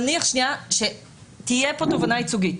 נניח שתהיה פה תובענה ייצוגית.